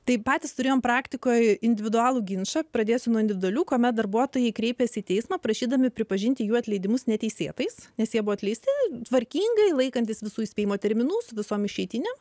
taip patys turėjome praktikoje individualų ginčą pradėsiu nuo individualių kuomet darbuotojai kreipėsi į teismą prašydami pripažinti jų atleidimus neteisėtais nes jie buvo atleisti tvarkingai laikantis visų įspėjimo terminų su visom išeitinėm